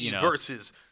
versus